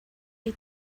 way